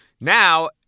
Now